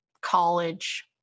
college